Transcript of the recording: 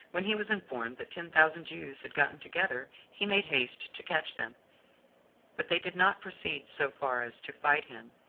when he was informed that ten thousand jews had gotten together, he made haste to catch them but they did not proceed so far as to fight him,